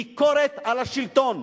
ביקורת על השלטון.